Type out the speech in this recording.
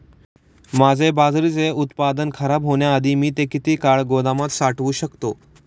माझे बाजरीचे उत्पादन खराब होण्याआधी मी ते किती काळ गोदामात साठवू शकतो?